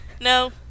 No